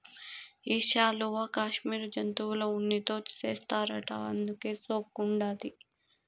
ఈ శాలువా కాశ్మీరు జంతువుల ఉన్నితో చేస్తారట అందుకే సోగ్గుండాది